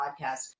podcast